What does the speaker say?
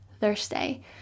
Thursday